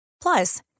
Plus